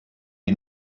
die